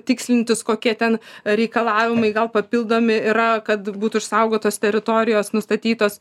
tikslintis kokie ten reikalavimai gal papildomi yra kad būtų išsaugotos teritorijos nustatytos